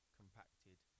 compacted